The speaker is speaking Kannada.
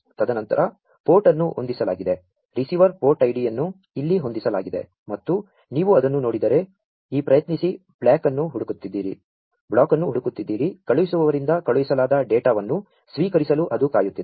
ತದನಂ ತರ ಪೋ ರ್ಟ್ ಅನ್ನು ಹೊಂ ದಿಸಲಾ ಗಿದೆ ರಿಸೀ ವರ್ ಪೋ ರ್ಟ್ ಐಡಿಯನ್ನು ಇಲ್ಲಿ ಹೊಂ ದಿಸಲಾ ಗಿದೆ ಮತ್ತು ನೀ ವು ಅದನ್ನು ನೋ ಡಿದರೆ ಈ ಪ್ರಯತ್ನಿಸಿ ಬ್ಲಾ ಕ್ ಅನ್ನು ಹು ಡು ಕು ತ್ತಿದ್ದರೆ ಕಳು ಹಿಸು ವವರಿಂ ದ ಕಳು ಹಿಸಲಾ ದ ಡೇ ಟಾ ವನ್ನು ಸ್ವೀ ಕರಿಸಲು ಅದು ಕಾ ಯು ತ್ತಿದೆ